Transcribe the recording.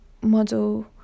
model